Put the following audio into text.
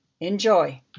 Enjoy